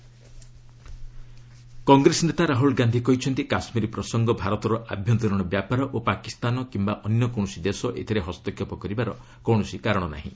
କଂଗ୍ରେସ ପାକିସ୍ତାନ କଂଗ୍ରେସ ନେତା ରାହୁଲ ଗାନ୍ଧୀ କହିଛନ୍ତି କାଶ୍ମୀର ପ୍ରସଙ୍ଗ ଭାରତର ଆଭ୍ୟନ୍ତରୀଣ ବ୍ୟାପାର ଓ ପାକିସ୍ତା କିୟା ଅନ୍ୟକୌଣସି ଦେଶ ଏଥିରେ ହସ୍ତକ୍ଷେପ କରିବାର କୌଣସି କାରଣ ନାହିଁ